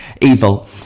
evil